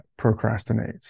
procrastinates